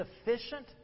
sufficient